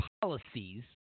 policies